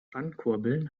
ankurbeln